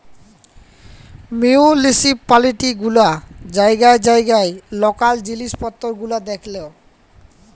municipality গুলা জাইগায় জাইগায় লকাল জিলিস পত্তর গুলা দ্যাখেল